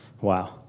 wow